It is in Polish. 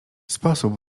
sposób